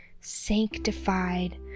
sanctified